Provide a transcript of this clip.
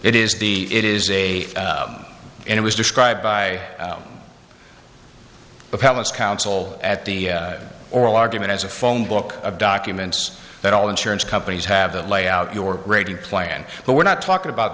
it is the it is a and it was described by the palace council at the oral argument as a phone book of documents that all insurance companies have that lay out your grading plan but we're not talking about